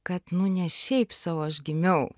kad nu ne šiaip sau aš gimiau